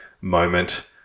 moment